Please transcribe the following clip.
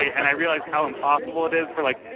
and i realized how impossible it is for, like,